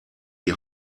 die